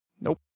Nope